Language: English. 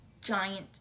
giant